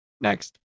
next